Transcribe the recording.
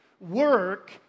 Work